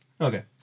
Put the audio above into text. Okay